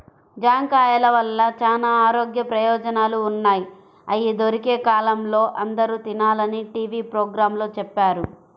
జాంకాయల వల్ల చానా ఆరోగ్య ప్రయోజనాలు ఉన్నయ్, అయ్యి దొరికే కాలంలో అందరూ తినాలని టీవీ పోగ్రాంలో చెప్పారు